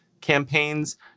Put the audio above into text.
campaigns